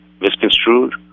misconstrued